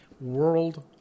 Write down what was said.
World